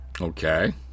Okay